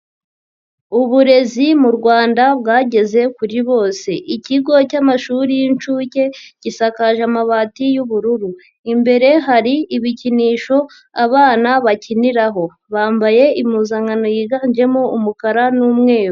Uburezi mu Rwanda bwageze kuri bose. Ikigo cy'amashuri y'inshuke gisakaje amabati y'ubururu. Imbere hari ibikinisho abana bakiniraho. Bambaye impuzankano yiganjemo umukara n'umweru.